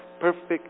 perfect